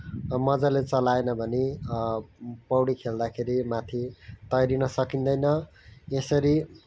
मजाले चलाएन भने पौडी खेल्दाखेरि माथि तैरिन सकिँदैनँ यसरी